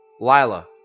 Lila